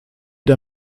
der